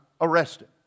arrested